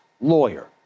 lawyer